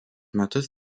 metus